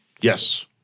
yes